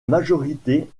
majorité